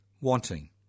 wanting